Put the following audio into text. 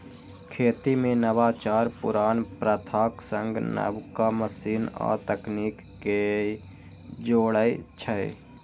खेती मे नवाचार पुरान प्रथाक संग नबका मशीन आ तकनीक कें जोड़ै छै